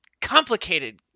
complicated